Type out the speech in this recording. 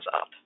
up